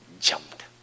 jumped